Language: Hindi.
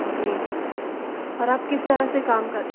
जी और आप किस तरह से काम कर